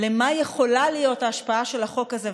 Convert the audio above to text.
מה יכולה להיות ההשפעה של החוק הזה,